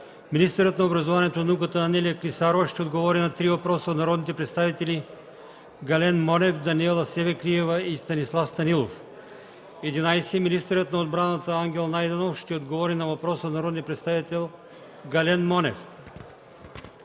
Министърът на образованието и науката Анелия Клисарова ще отговори на 3 въпроса от народните представители Гален Монев, Даниела Савеклиева, и Станислав Станилов. 11. Министърът на отбраната Ангел Найденов ще отговори на въпрос от народния представител Гален Монев.